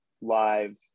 live